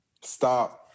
stop